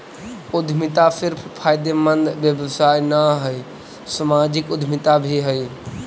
उद्यमिता सिर्फ फायदेमंद व्यवसाय न हई, सामाजिक उद्यमिता भी हई